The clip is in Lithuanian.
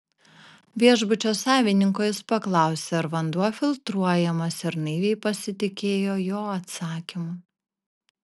viešbučio savininko jis paklausė ar vanduo filtruojamas ir naiviai pasitikėjo jo atsakymu